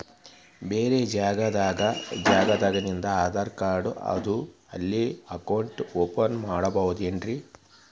ಬ್ಯಾರೆ ರಾಜ್ಯಾದಾಗಿಂದು ಆಧಾರ್ ಕಾರ್ಡ್ ಅದಾ ಇಲ್ಲಿ ಅಕೌಂಟ್ ಓಪನ್ ಮಾಡಬೋದೇನ್ರಿ?